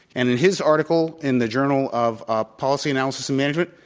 and in his article in the journal of ah policy analysis and management,